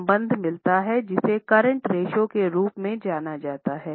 अबलिक्विडिटी के रूप में जाना जाता है